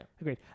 Agreed